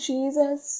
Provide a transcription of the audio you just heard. Jesus